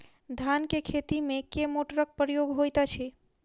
धान केँ खेती मे केँ मोटरक प्रयोग होइत अछि?